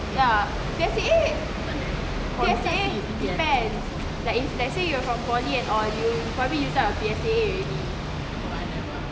ya P_S_E_A P_S_E_A depend like if let's said you are from poly and all you probably used up your P_S_E_A already